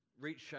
reach